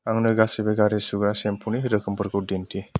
आंनो गासैबो गारि सुग्रा सेम्पुनि रोखोमफोरखौ दिन्थि